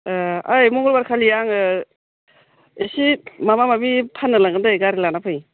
ओइ मंगलबार खालि आङो एसे माबा माबि फाननो लांगोन दै गारि लाना फै